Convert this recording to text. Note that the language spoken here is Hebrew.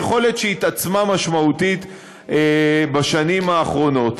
יכולת שהתעצמה משמעותית בשנים האחרונות.